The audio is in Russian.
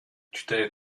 читая